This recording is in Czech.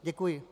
Děkuji.